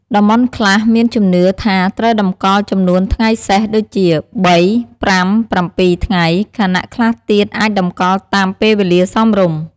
តំបន់ខ្លះមានជំនឿថាត្រូវតម្កល់ចំនួនថ្ងៃសេស ដូចជា ៣, ៥, ៧ ថ្ងៃ ខណៈខ្លះទៀតអាចតម្កល់តាមពេលវេលាសមរម្យ។